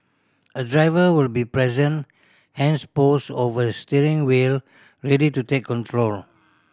a driver will be present hands poised over the steering wheel ready to take control